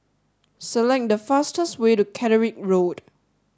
select the fastest way to Catterick Road